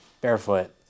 barefoot